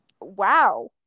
Wow